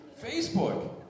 Facebook